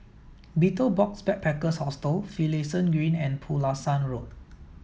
Betel Box Backpackers Hostel Finlayson Green and Pulasan Road